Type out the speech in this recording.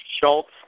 Schultz